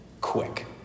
quick